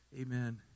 Amen